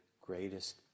greatest